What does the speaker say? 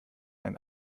ein